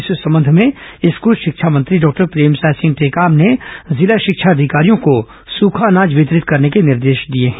इस संबंध में स्कूल शिक्षा मंत्री डॉक्टर प्रेमसाय सिंह टेकाम ने जिला शिक्षा अधिकारियों को सुखा अनाज वितरित करने के निर्देश दिए हैं